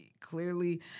Clearly